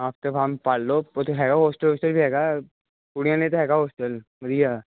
ਹਾਂ ਅਤੇ ਫਾਰਮ ਭਰ ਲਓ ਉੱਥੇ ਹੈਗਾ ਹੋਸਟਲ ਵੀ ਹੈਗਾ ਕੁੜੀਆਂ ਲਈ ਤਾਂ ਹੈਗਾ ਹੋਸਟਲ ਵਧੀਆ